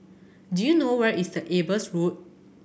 do you know where is the Ebers Road